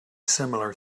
similar